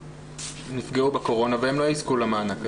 נפגעו בקורונה והם לא יזכו למענק.